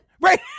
right